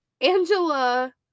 Angela